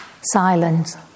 silence